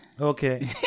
Okay